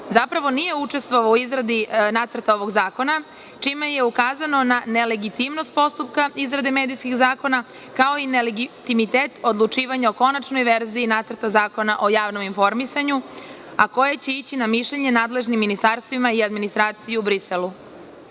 zapravo nije učestvovao u izradi nacrta ovog zakona, čime je ukazano na nelegitimnost postupka izrade medijskih zakona, kao i neligimitet odlučivanja o konačnoj verziji Nacrta Zakona o javnom informisanju, a koje će ići na mišljenje nadležnim ministarstvima i administraciji u Briselu. Takođe,